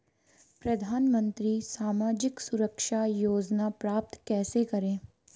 प्रधानमंत्री सामाजिक सुरक्षा योजना प्राप्त कैसे करें?